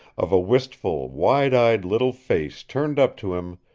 of a wistful, wide-eyed little face turned up to him,